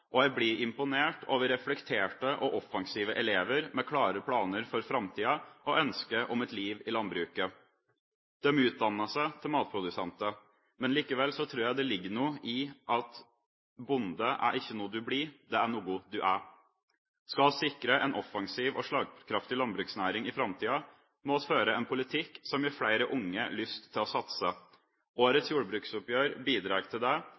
og jeg blir imponert over reflekterte og offensive elever med klare planer for framtida og ønske om et liv i landbruket. De utdanner seg til matprodusenter, men likevel tror jeg det ligger noe i at bonde er ikke noe du blir, det er noe du er. Skal vi sikre en offensiv og slagkraftig landbruksnæring i framtida, må vi føre en politikk som gir flere unge lyst til å satse. Årets jordbruksoppgjør bidrar til det,